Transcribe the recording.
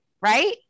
right